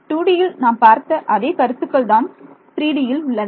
ஆனால் 2Dயில் நாம் பார்த்த அதே கருத்துக்கள் தான் 3டியில் உள்ளன